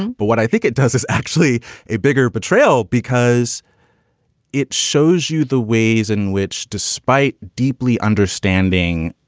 but what i think it does is actually a bigger betrayal because it shows you the ways in which, despite deeply understanding,